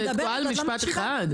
את תקועה על משפט אחד?